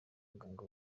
muganga